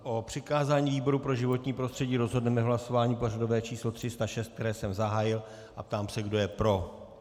O přikázání výboru pro životní prostředí rozhodneme hlasování pořadové číslo 306, které jsem zahájil, a ptám se, kdo je pro.